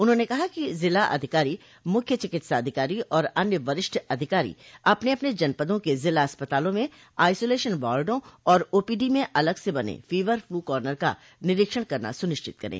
उन्होंने कहा कि ज़िला अधिकारी मुख्य चिकित्साधिकारी और अन्य वरिष्ठ अधिकारी अपन अपन जनपदों के जिला अस्पतालों में आइसोलेशन वार्डो और ओपीडी में अलग से बने फीवर फ्लू कार्नर का निरीक्षण करना सुनिश्चित करें